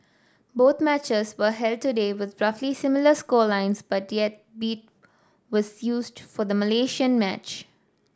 both matches were held today with roughly similar score lines but yet 'beat' was used for the Malaysian match